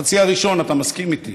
בחצי הראשון אתה מסכים איתי,